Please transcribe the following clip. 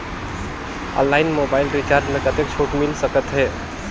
Online mobile recharge मे कतेक छूट मिल सकत हे?